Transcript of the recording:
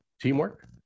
teamwork